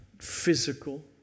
physical